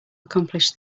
accomplish